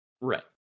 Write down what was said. Right